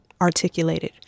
articulated